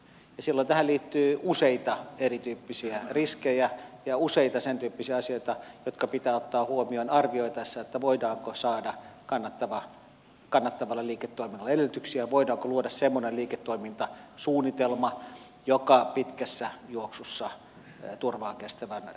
silloin tähän liittyy useita erityyppisiä riskejä ja useita sentyyppisiä asioita jotka pitää ottaa huomioon arvioitaessa voidaanko saada kannattavalle liiketoiminnalle edellytyksiä voidaanko luoda semmoinen liiketoimintasuunnitelma joka pitkässä juoksussa turvaa kestävän kannattavan liiketoiminnan